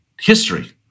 history